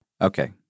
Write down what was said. Okay